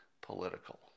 political